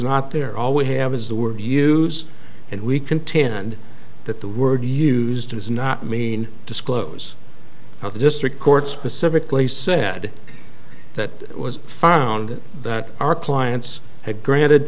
not there all we have is the word views and we contend that the word used does not mean disclose how the district court specifically said that it was found that our clients had granted